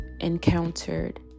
encountered